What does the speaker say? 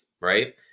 right